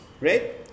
Right